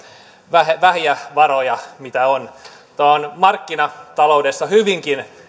vähiä vähiä varoja mitä on tämä on markkinataloudessa hyvinkin